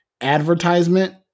advertisement